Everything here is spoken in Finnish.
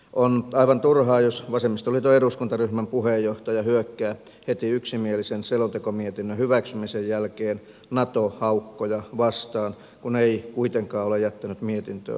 on aivan turhaa jos vasemmistoliiton eduskuntaryhmän puheenjohtaja hyökkää heti yksimielisen selontekomietinnön hyväksymisen jälkeen nato haukkoja vastaan kun ei kuitenkaan ole jättänyt mietintöön vastalausetta